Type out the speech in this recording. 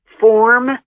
form